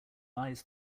eyes